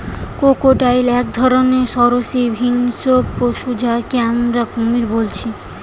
crocodile এক ধরণের সরীসৃপ হিংস্র পশু যাকে আমরা কুমির বলছি